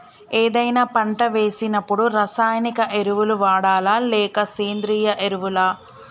ఏదైనా పంట వేసినప్పుడు రసాయనిక ఎరువులు వాడాలా? లేక సేంద్రీయ ఎరవులా?